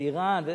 ואירן,